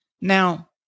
Now